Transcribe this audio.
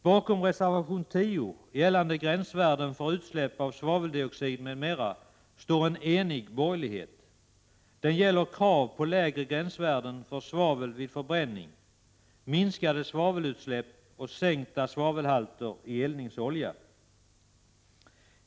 Bakom reservation nr 10 gällande gränsvärden för utsläpp av svaveldioxid m.m. står en enig borgerlighet. Den gäller krav på lägre gränsvärden för svavel vid förbränning, minskade svavelutsläpp och sänkta svavelhalter i eldningsolja.